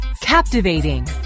Captivating